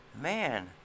Man